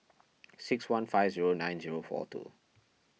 six one five zero nine zero four two